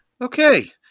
Okay